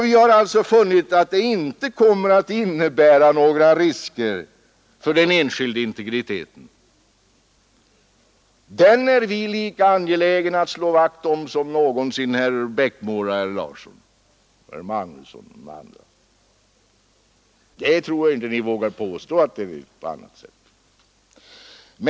Vi är lika angelägna att slå vakt om den enskilda integriteten som någonsin herrar Eriksson i Bäckmora, Larsson i Umeå, Magnusson i Borås och andra är. Jag tror inte man vågar påstå att det är på annat sätt.